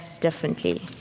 differently